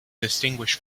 distinguish